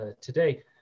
Today